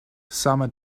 summer